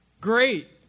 Great